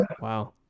Wow